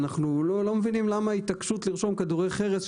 אנחנו לא מבינים למה ההתעקשות לרשום כדורי חרס,